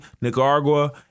Nicaragua